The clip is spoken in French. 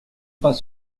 pas